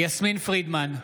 יסמין פרידמן,